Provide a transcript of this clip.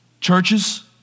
Churches